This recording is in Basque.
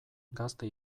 gazte